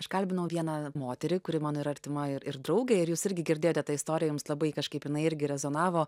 aš kalbinau vieną moterį kuri mano ir artima ir ir draugė ir jūs irgi girdėjote tą istoriją jums labai kažkaip jinai irgi rezonavo